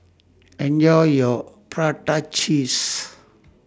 Enjoy your Prata Cheese